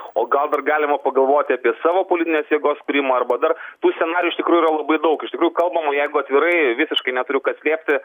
o gal dar galima pagalvoti apie savo politinės jėgos kūrimą arba dar tų scenarijų iš tikrųjų yra labai daug iš tikrųjų kalbama jeigu atvirai visiškai neturiu ką slėpti